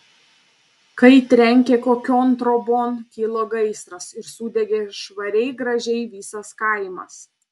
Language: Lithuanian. kai trenkė kokion trobon kilo gaisras ir sudegė švariai gražiai visas kaimas